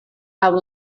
amb